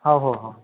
हो हो हो